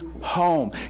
home